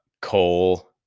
coal